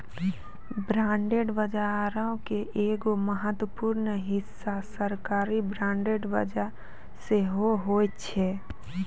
bond बजारो के एगो महत्वपूर्ण हिस्सा सरकारी बांड बजार सेहो होय छै